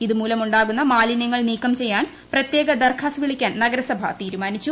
ഇത് മൂലമുണ്ടാകുന്ന മാലിന്യങ്ങൾ നീക്കം ചെയ്യാൻ പ്രത്യേക ദർഘാസ് വിളിക്കാൻ നഗരസഭ തീരുമാനിച്ചു